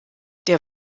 der